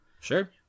Sure